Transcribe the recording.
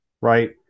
right